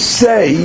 say